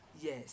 yes